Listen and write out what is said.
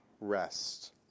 rest